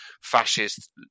fascist